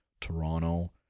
Toronto